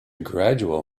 gradual